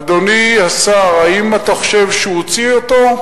אדוני השר, האם אתה חושב שהוא הוציא אותו?